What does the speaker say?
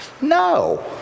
No